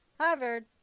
Harvard